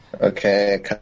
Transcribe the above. Okay